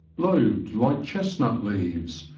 lobed like chestnut leaves,